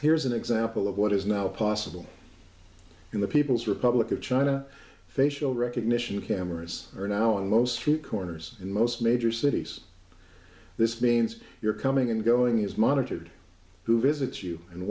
here's an example of what is now possible in the people's republic of china facial recognition cameras are now on most street corners in most major cities this means your coming and going is monitored who visits you and